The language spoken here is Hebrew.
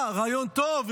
רעיון טוב?